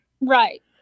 Right